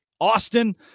Austin